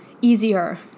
Easier